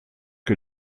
que